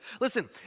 Listen